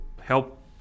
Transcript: help